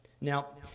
Now